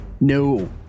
No